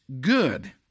good